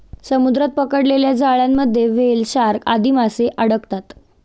समुद्रात पडलेल्या जाळ्यांमध्ये व्हेल, शार्क आदी माशे अडकतात